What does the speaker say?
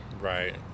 right